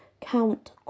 Count